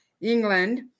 England